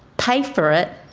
pay for it.